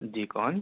جی کون